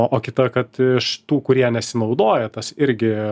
o o kita kad iš tų kurie nesinaudoja tas irgi